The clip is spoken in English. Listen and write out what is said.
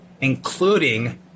including